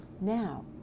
Now